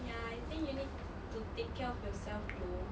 ya I think you need to take care of yourself though